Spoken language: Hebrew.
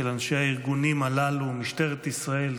של אנשי הארגונים הללו: משטרת ישראל,